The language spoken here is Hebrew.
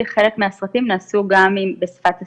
חלק מהסרטים נעשו גם בשפת הסימנים.